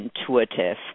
intuitive